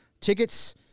tickets